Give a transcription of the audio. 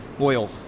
oil